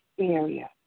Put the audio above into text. area